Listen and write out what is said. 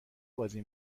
بازی